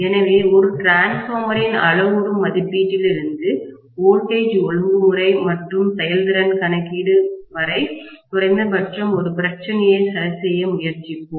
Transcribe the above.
எனவே ஒரு டிரான்ஸ்பார்மரின் அளவுரு மதிப்பீட்டிலிருந்து வோல்டேஜ் ஒழுங்குமுறை மற்றும் செயல்திறன் கணக்கீடு வரை குறைந்தபட்சம் ஒரு பிரச்சனையை சரிசெய்ய முயற்சிப்போம்